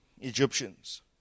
egyptians